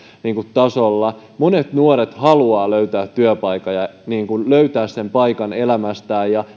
tasolla monet nuoret haluavat löytää työpaikan ja löytää paikan elämässä ja